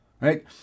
right